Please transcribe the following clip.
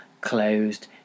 closed